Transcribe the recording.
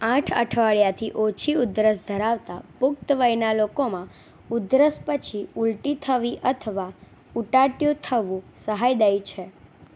આઠ અઠવાડિયાંથી ઓછી ઉધરસ ધરાવતા પુખ્ત વયના લોકોમાં ઉધરસ પછી ઉલટી થવી અથવા ઉટાંટિયું થવું સહાયદાયી છે